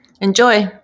Enjoy